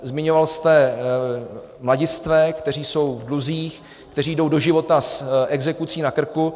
Zmiňoval jste mladistvé, kteří jsou v dluzích, kteří jdou do života s exekucí na krku.